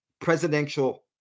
presidential